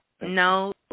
no